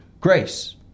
grace